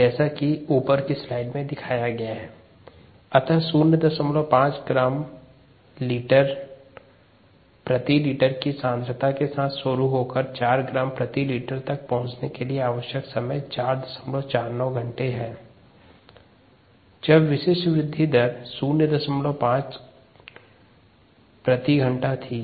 105ln 4052060t449 hours2693 minutes अतः 05 gram पर litre की सांद्रता के साथ शुरू होकर 40 ग्राम पर लीटर तक पहुंचने के लिए आवश्यक समय 449 घंटे है जब विशिष्ट वृद्धि दर 05 प्रति घंटा थी